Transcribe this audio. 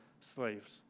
slaves